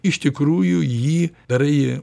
iš tikrųjų jį darai